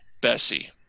Bessie